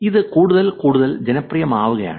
ഇത് കൂടുതൽ കൂടുതൽ ജനപ്രിയമാവുകയാണ്